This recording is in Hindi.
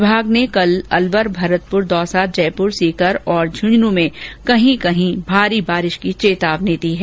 विभाग ने कल अलवर भरतपुर दौसा जयपुर सीकर और झुंझुनू में कहीं कहीं भारी बारिश की चेतावनी दी है